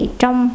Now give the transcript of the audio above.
trong